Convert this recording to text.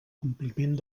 compliment